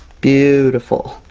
beautiful!